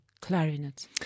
clarinet